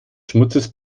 schmutzes